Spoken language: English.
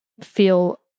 feel